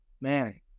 Man